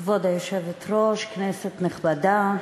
כבוד היושבת-ראש, כנסת נכבדה,